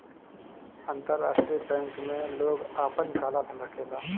अंतरराष्ट्रीय बैंक में लोग आपन काला धन रखेला